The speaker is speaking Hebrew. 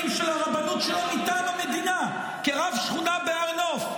של הרבנות שלו מטעם המדינה כרב שכונה בהר נוף,